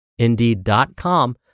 indeed.com